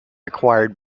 acquired